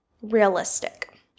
realistic